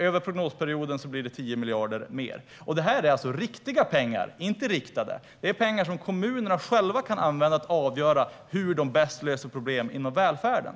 Över prognosperioden blir det 10 miljarder mer. Det här är alltså riktiga pengar, inte riktade. Kommunerna kan själva avgöra hur dessa pengar bäst löser problem inom välfärden.